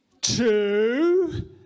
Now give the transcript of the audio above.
two